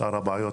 שאר הבעיות,